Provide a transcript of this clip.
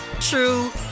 true